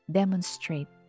demonstrate